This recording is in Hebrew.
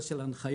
הנושא של הנחיות.